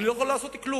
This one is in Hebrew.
אני לא יכול לעשות כלום.